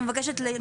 אנחנו